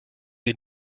des